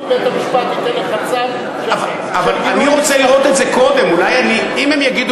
אם הם יביאו